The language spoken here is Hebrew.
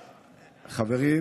חברים,